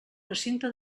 recinte